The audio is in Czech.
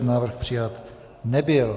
Návrh přijat nebyl.